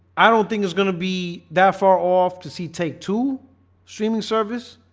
i don't think it's gonna be that far off to see take to streaming service